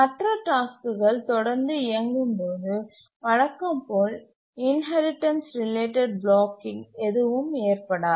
மற்ற டாஸ்க்குகள் தொடர்ந்து இயங்கும் போது வழக்கம் போல் இன்ஹெரிடன்ஸ் ரிலேட்டட் பிளாக்கிங் எதுவும் ஏற்படாது